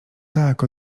tak